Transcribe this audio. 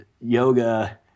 yoga